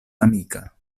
amika